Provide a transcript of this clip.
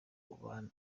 abana